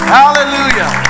hallelujah